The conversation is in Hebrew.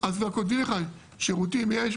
גם כותבים לך שירותים-יש,